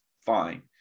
fine